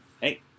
hey